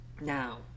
Now